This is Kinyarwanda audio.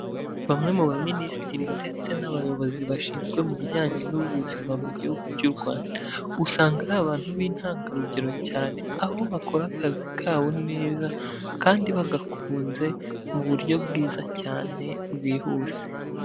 Bamwe mu baminisitiri ndetse n'abayobozi bashinzwe mu bijyanye n'ubuzima mu gihugu cy'u Rwanda, usanga ari abantu b'intangarugero cyane, aho bakora akazi kabo neza kandi bagakunze mu buryo bwiza cyane bwihuse.